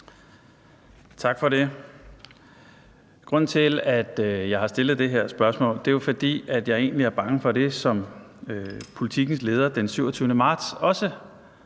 Tak for det. Grunden til, at jeg har stillet det her spørgsmål, er, at jeg egentlig er bange for det, som Politikens leder den 27. marts også